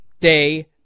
day